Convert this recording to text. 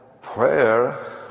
prayer